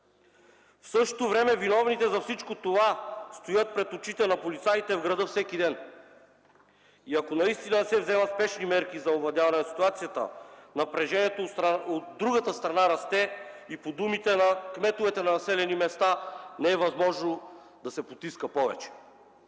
В същото време виновните за всичко това стоят пред очите на полицаите в града всеки ден. Ако наистина не се вземат спешни мерки за овладяване на ситуацията, напрежението от другата страна расте и по думите на кметовете на населени места не е възможно да се потиска повече.